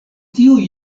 tiuj